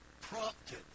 prompted